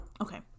okay